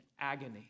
agony